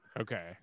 Okay